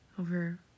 over